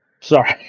Sorry